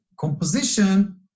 composition